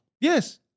Yes